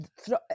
Throw